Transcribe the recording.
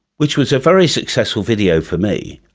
which was a very successful video for me.